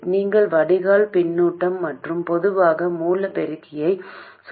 இங்கு பாயும் மின்னோட்டம் gmVGS ஆகும் இது மொத்தத்தில் gm மடங்கு ஆகும்